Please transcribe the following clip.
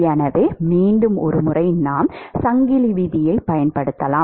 எனவே மீண்டும் ஒருமுறை நாம் சங்கிலி விதியைப் பயன்படுத்தலாம்